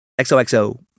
XOXO